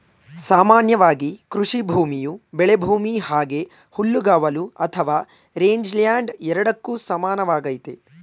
ಸಾಮಾನ್ಯವಾಗಿ ಕೃಷಿಭೂಮಿಯು ಬೆಳೆಭೂಮಿ ಹಾಗೆ ಹುಲ್ಲುಗಾವಲು ಅಥವಾ ರೇಂಜ್ಲ್ಯಾಂಡ್ ಎರಡಕ್ಕೂ ಸಮಾನವಾಗೈತೆ